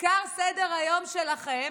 עיקר סדר-היום שלכם